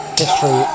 history